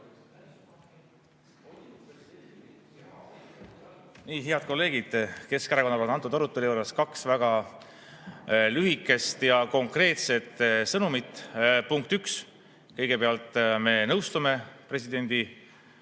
Nii! Head kolleegid! Keskerakonnal on antud arutelu juures kaks väga lühikest ja konkreetset sõnumit. Punkt üks, kõigepealt me nõustume presidendi